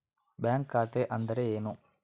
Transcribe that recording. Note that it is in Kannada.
ಬ್ಯಾಂಕ್ ಖಾತೆ ಅಂದರೆ ಏನು?